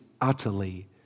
utterly